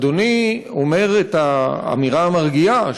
אדוני אומר את האמירה המרגיעה,